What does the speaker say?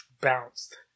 Bounced